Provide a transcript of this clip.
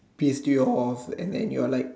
pissed you off and then you're like